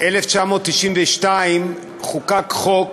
ב-1992 חוקק חוק